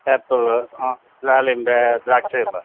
apple ದಾಳಿಂಬೆ ದ್ರಾಕ್ಷಿ ಇಲ್ಲ